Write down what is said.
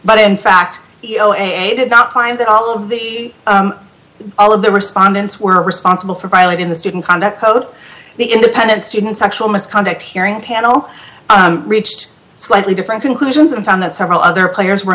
but in fact i did not find that all of the all of the respondents were responsible for violating the student conduct code the independent students actual misconduct hearing panel reached slightly different conclusions and found that several other players were